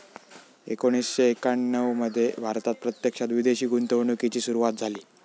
एकोणीसशे एक्याण्णव मध्ये भारतात प्रत्यक्षात विदेशी गुंतवणूकीची सुरूवात झाली